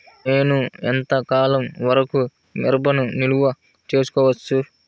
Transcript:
నేను ఎంత కాలం వరకు మిరపను నిల్వ చేసుకోవచ్చు?